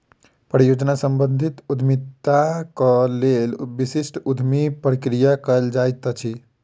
परियोजना सम्बंधित उद्यमिताक लेल विशिष्ट उद्यमी प्रक्रिया कयल जाइत अछि